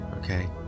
okay